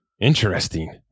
Interesting